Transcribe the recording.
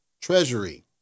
Treasury